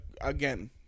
again